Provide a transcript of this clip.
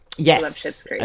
Yes